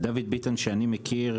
דוד ביטן שאני מכיר